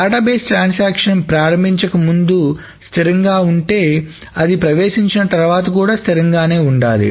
database transaction ప్రారంభించక ముందే స్థిరంగా ఉంటే అది ప్రవేశించిన తర్వాత కూడా స్థిరంగానే ఉండాలి